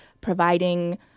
providing